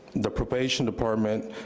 the probation department,